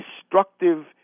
destructive